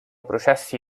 processi